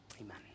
amen